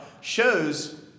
shows